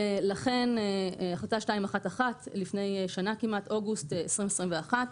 ולכן, החלטה 211 מלפני שנה כמעט, אוגוסט 2021,